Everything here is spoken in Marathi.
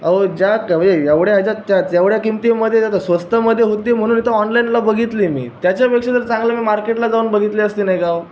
अहो ज्या कमी एवढ्या ह्याच्यात त्या तेवढ्या किंमतीमध्ये स्वस्तमध्ये होती म्हणून इथं ऑनलाइनला बघितली मी त्याच्यापेक्षा तर चांगलं मी मार्केटला जाऊन बघितली असती नाही का हो